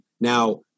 Now